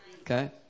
okay